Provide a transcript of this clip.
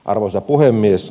arvoisa puhemies